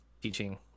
teaching